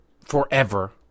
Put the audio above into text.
forever